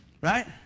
Right